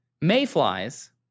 Mayflies